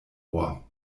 ohr